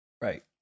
Right